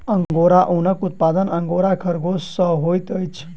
angora ऊनक उत्पादन angora खरगोश सॅ होइत अछि